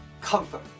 comfort